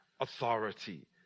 authority